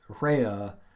Rhea